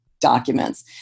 documents